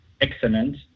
excellent